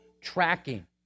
Tracking